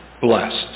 blessed